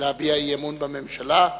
להביע אי-אמון בממשלה.